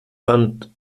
fand